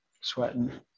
sweating